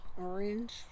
orange